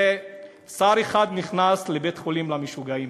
שר אחד נכנס לבית-חולים למשוגעים,